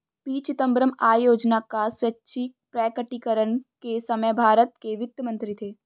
P Chidambaram आय योजना का स्वैच्छिक प्रकटीकरण के समय भारत के वित्त मंत्री थे